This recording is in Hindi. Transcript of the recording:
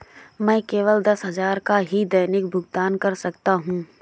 मैं केवल दस हजार का ही दैनिक भुगतान कर सकता हूँ